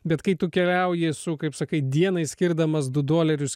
bet kai tu keliauji su kaip sakai dienai skirdamas du dolerius